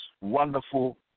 wonderful